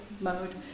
mode